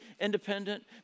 independent